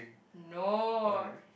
no